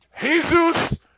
Jesus